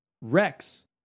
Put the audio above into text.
Rex